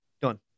done